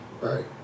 Right